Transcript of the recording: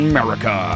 America